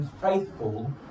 Faithful